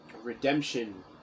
redemption